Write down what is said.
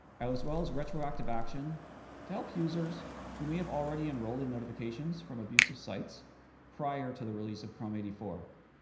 as well as retroactive action to help users who may have already enrolled in notifications from abusive sites prior to the release of chrome eighty four.